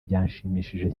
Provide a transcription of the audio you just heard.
byanshimishije